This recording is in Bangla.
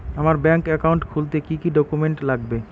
আমার ব্যাংক একাউন্ট খুলতে কি কি ডকুমেন্ট লাগবে?